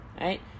right